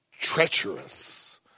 treacherous